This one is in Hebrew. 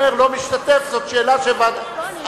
אומר "לא משתתף" זאת שאלה שוועדת,